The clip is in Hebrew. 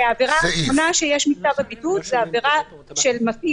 ועבירה אחרונה שיש מצו הבידוד זה עבירה של מפעיל